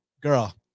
girl